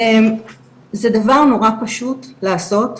זה דבר נורא פשוט לעשות,